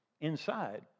Inside